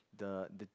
the the